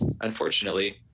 Unfortunately